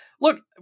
Look